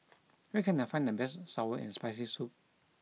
where can I find the best sour and spicy soup